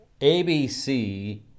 ABC